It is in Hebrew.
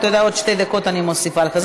אתה יודע, עוד שתי דקות אני מוסיפה לך.